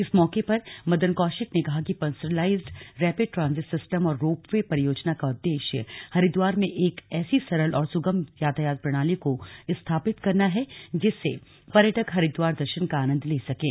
इस मौके पर मदन कौशिक ने कहा कि पर्सनलाइज्ड रैपिड ट्रांजिट सिस्टम और रोपवे परियोजना का उद्देश्य हरिद्वार में एक ऐसी सरल और सुगम यातायात प्रणाली को स्थापित करना है जिससे पर्यटक हरिद्वार दर्शन का आनन्द ले सकें